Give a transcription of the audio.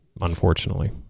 unfortunately